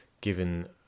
given